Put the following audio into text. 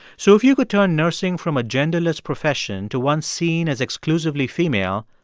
so if you could turn nursing from a genderless profession to one seen as exclusively female,